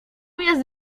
jest